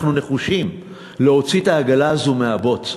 אנחנו נחושים להוציא את העגלה הזו מהבוץ,